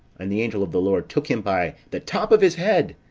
and the angel of the lord took him by the top of his head,